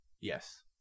Yes